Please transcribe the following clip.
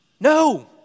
No